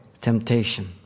temptation